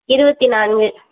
இருபத்தி நான்கு